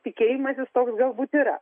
tikėjimasis toks galbūt yra